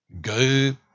Go